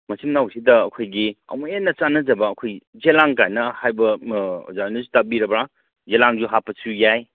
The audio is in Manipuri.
ꯃꯆꯤꯟ ꯃꯅꯥꯎꯁꯤꯗ ꯑꯩꯈꯣꯏꯒꯤ ꯑꯃꯨꯛ ꯍꯦꯟꯅ ꯆꯥꯟꯅꯖꯕ ꯑꯩꯈꯣꯏ ꯌꯦꯂꯥꯡ ꯀꯥꯏꯅ ꯍꯥꯏꯕ ꯑꯣꯖꯥꯅ ꯇꯥꯕꯤꯔꯕ꯭ꯔꯥ ꯌꯦꯂꯥꯡꯁꯨ ꯍꯥꯞꯄꯁꯨ ꯌꯥꯏ